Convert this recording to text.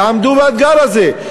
תעמדו באתגר הזה,